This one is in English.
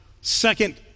second